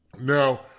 Now